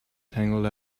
tangled